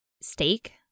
steak